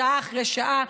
שעה אחרי שעה,